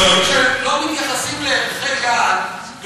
וכשלא מתייחסים לערכי יעד,